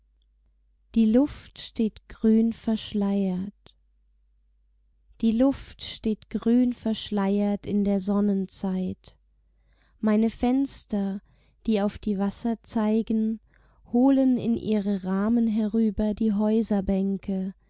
die luft steht grünverschleiert die luft steht grünverschleiert in der sonnenzeit meine fenster die auf die wasser zeigen holen in ihre rahmen herüber die